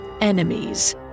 enemies